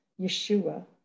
Yeshua